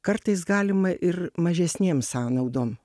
kartais galima ir mažesnėm sąnaudom